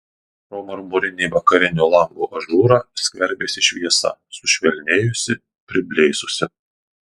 pro marmurinį vakarinio lango ažūrą skverbėsi šviesa sušvelnėjusi priblėsusi